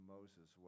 Moses